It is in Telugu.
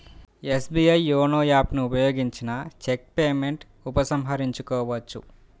ఎస్బీఐ యోనో యాప్ ను ఉపయోగించిన చెక్ పేమెంట్ ఉపసంహరించుకోవచ్చు